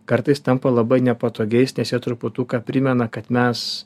kartais tampa labai nepatogiais nes jie truputuką primena kad mes